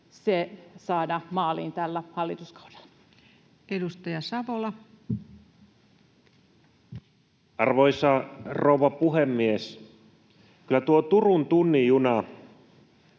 se saada maaliin tällä hallituskaudella. Edustaja Savola. Arvoisa rouva puhemies! Kyllä tuo Turun tunnin juna